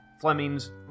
Fleming's